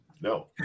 No